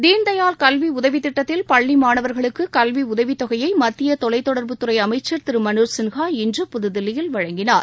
தீன் தயாள் கல்வி உதவித்திட்டத்தில் பள்ளி மாணவர்களுக்கு கல்வி உதவித்தொகையை மத்திய தொலைத்தொடர்புத்துறை அமைச்சர் திரு மனோஜ் சின்ஹா இன்று புதுதில்லியில் வழங்கினார்